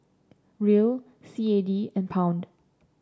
Riel C A D and Pound